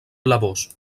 blavós